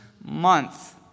month